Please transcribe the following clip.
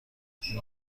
این